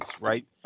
right